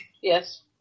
Yes